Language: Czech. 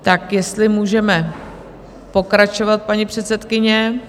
Tak jestli můžeme pokračovat, paní předsedkyně?